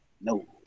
No